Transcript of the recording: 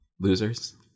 Losers